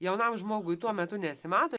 jaunam žmogui tuo metu nesimato